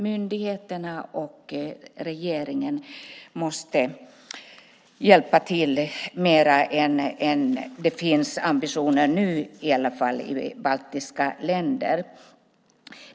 Myndigheterna och regeringen måste hjälpa till mer än vad det finns ambitioner för nu i de baltiska länderna.